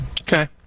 Okay